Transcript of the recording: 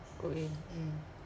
okay mm